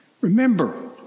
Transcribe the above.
remember